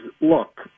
look